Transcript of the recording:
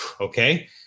Okay